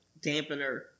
dampener